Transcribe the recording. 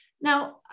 Now